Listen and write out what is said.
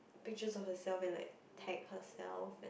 pictures of herself and like tag herself and